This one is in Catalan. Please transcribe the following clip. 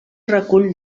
recull